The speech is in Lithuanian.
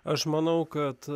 aš manau kad